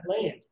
land